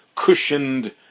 Cushioned